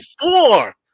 four